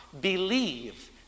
believe